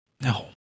No